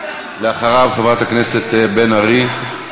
אחריו, חברת הכנסת בן ארי.